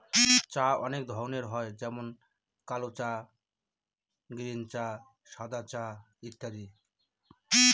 চা অনেক ধরনের হয় যেমন কাল চা, গ্রীন চা, সাদা চা ইত্যাদি